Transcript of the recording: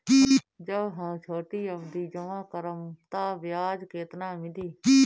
जब हम छोटी अवधि जमा करम त ब्याज केतना मिली?